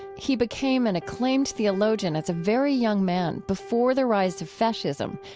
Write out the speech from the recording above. he became an acclaimed theologian as a very young man, before the rise of fascism,